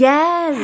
Yes